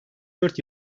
dört